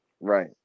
Right